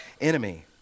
enemy